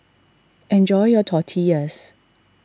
enjoy your Tortillas